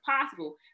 possible